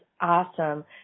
awesome